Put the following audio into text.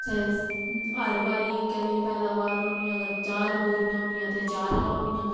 चाहें हर बारी इक्कै लेई पैदावार होनी अगर चार बोरियां होनियां ते चार गै होनियां